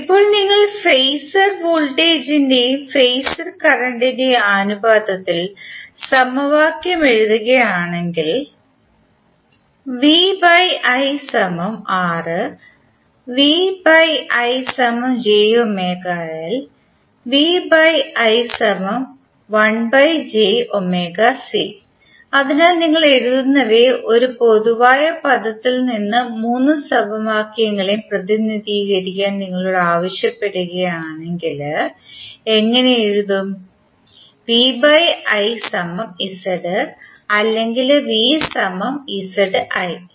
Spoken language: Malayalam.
ഇപ്പോൾ നിങ്ങൾ ഫെയ്സർ വോൾട്ടേജിന്റെയും ഫെയ്സർ കറന്റിന്റെയും അനുപാതത്തിൽ സമവാക്യം എഴുതുകയാണെങ്കിൽ അതിനാൽ നിങ്ങൾ എഴുതുന്നവയെ ഒരു പൊതുവായ പദത്തിൽ മൂന്ന് സമവാക്യങ്ങളെയും പ്രതിനിധീകരിക്കാൻ നിങ്ങളോട് ആവശ്യപ്പെടുകയാണെങ്കിൽ എങ്ങനെ എഴുത്തും